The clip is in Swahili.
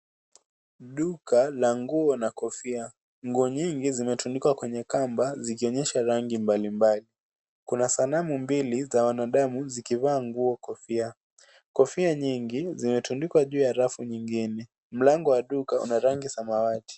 Duka la nguo na kofia, nguo nyingi zimetundikwa kwenye kamba zikionyesha rangi mbalimbali. Kuna sanamu mbili za wanadamu zikivaa nguo kofia. Kofia nyingi zimetundikwa juu ya rafu nyingine. Mlango wa duka Una rangi samawati.